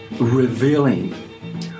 revealing